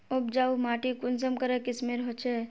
उपजाऊ माटी कुंसम करे किस्मेर होचए?